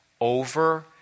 over